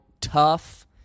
tough